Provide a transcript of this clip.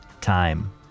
time